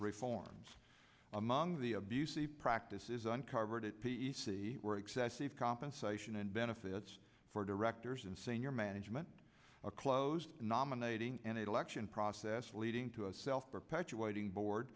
reforms among the abusive practices uncovered at p e c where excessive compensation and benefits for directors and senior management a close nominating and election process leading to a self perpetuating bo